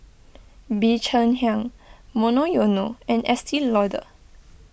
Bee Cheng Hiang Monoyono and Estee Lauder